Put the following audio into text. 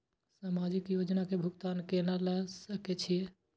समाजिक योजना के भुगतान केना ल सके छिऐ?